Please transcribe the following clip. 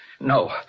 No